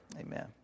amen